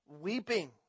weeping